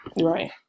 Right